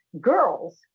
girls